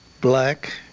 black